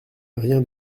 rien